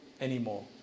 anymore